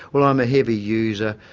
well i'm a heavy user,